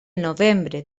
novembre